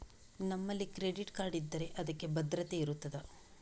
ನಮ್ಮಲ್ಲಿ credit card ಇದ್ದರೆ ಅದಕ್ಕೆ ಭದ್ರತೆ ಇರುತ್ತದಾ?